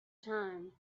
time